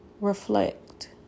reflect